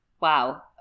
Wow